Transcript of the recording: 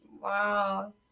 Wow